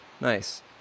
Nice